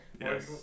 yes